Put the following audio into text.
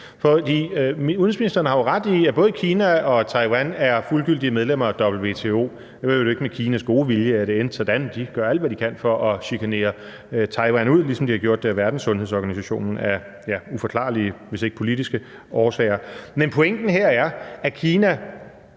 Udenrigsministeren har jo ret i, at både Kina og Taiwan er fuldgyldige medlemmer af WTO. Det var i øvrigt ikke med Kinas gode vilje, at det endte sådan. De gør alt, hvad de kan, for at chikanere Taiwan ud, ligesom de har gjort i verdenssundhedsorganisationen af, ja, uforklarlige, hvis ikke politiske årsager. Men pointen her er, at Kina